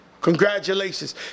Congratulations